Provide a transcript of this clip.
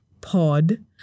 pod